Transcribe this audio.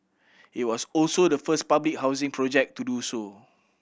it was also the first public housing project to do so